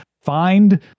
find